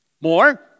More